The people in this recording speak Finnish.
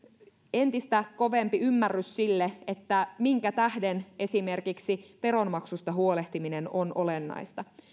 entistä kovempi ymmärrys sille minkä tähden esimerkiksi veronmaksusta huolehtiminen on olennaista